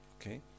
Okay